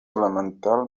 elemental